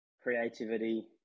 creativity